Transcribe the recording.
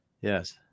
yes